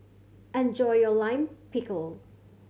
enjoy your Lime Pickle